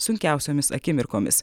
sunkiausiomis akimirkomis